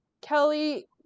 Kelly